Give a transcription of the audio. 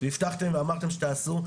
והבטחתם ואמרתם שתעשו.